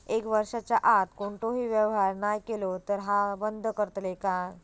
एक वर्षाच्या आत कोणतोही व्यवहार नाय केलो तर ता बंद करतले काय?